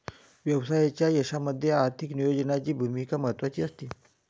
व्यवसायाच्या यशामध्ये आर्थिक नियोजनाची भूमिका महत्त्वाची असते